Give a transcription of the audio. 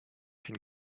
can